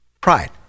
Pride